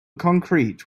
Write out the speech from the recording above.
concrete